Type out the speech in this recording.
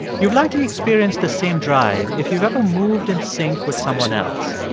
you've likely experienced the same drive if you've ever moved in sync with someone else,